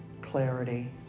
clarity